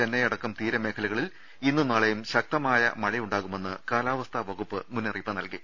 ചെന്നൈ അടക്കം തീരമേഖലകളിൽ ഇന്നും നാളെയും ശക്തമായ മഴയുണ്ടാകുമെന്ന് കാലാവസ്ഥാ വകുപ്പ് മുന്നറിയിപ്പ് നൽകി